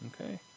Okay